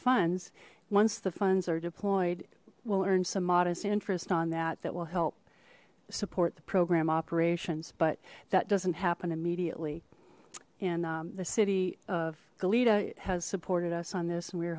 funds once the funds are deployed we'll earn some modest interest on that that will help support the program operations but that doesn't happen immediately and the city of goleta it has supported us on this and we were